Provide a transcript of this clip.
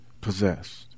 possessed